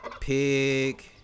pig